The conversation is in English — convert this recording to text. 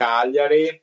Cagliari